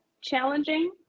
challenging